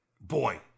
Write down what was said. boy